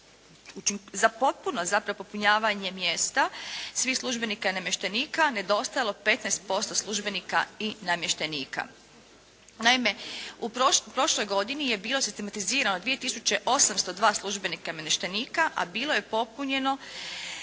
za potpuno za popunjavanje mjesta svih službenika i namještenika nedostajalo 15% službenika i namještenika. Naime, u prošloj godini je bilo sistematizirano 2 tisuće 802 službenika i namještenika, a bilo je popunjeno